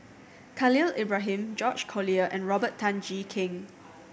Khalil Ibrahim George Collyer and Robert Tan Jee Keng